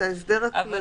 ההסדר הכללי.